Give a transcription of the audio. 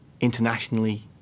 internationally